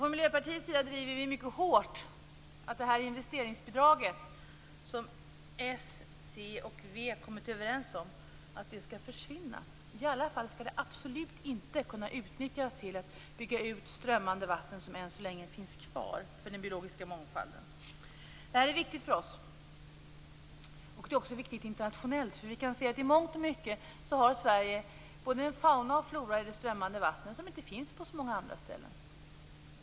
Från Miljöpartiets sida driver vi mycket hårt att det investeringsbidrag som s, c och v har kommit överens om skall försvinna. I varje fall skall det absolut inte kunna utnyttjas till utbyggnad av strömmande vatten som än så länge finns kvar för den biologiska mångfalden. Det här är viktigt för oss, och det är också viktigt internationellt. Vi kan se att Sverige i mångt och mycket har både en fauna och en flora i det strömmande vattnet som inte finns på så många andra ställen.